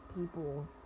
people